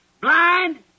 blind